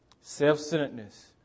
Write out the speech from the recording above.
Self-centeredness